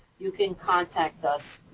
you can contact us,